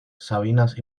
sabinas